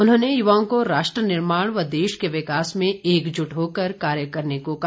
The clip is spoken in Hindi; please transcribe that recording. उन्होंने युवाओं को राष्ट्र निर्माण व देश के विकास में एकजुट होकर कार्य करने को कहा